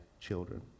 children